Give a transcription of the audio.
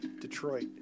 Detroit